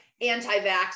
anti-vax